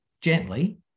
gently